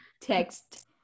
text